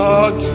God